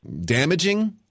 damaging